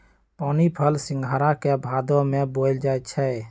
पानीफल सिंघारा के भादो में बोयल जाई छै